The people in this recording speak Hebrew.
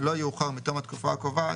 לא יאוחר מתום התקופה הקובעת,